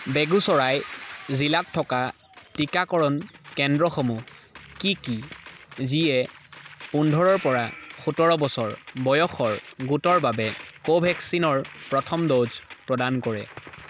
বেগুচৰাই জিলাত থকা টীকাকৰণ কেন্দ্ৰসমূহ কি কি যিয়ে পোন্ধৰৰ পৰা সোতৰ বছৰ বয়সৰ গোটৰ বাবে কোভেক্সিনৰ প্ৰথম ড'জ প্ৰদান কৰে